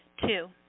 Two